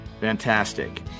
Fantastic